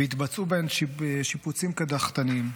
והתבצעו בהן שיפוצים קדחתניים.